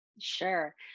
Sure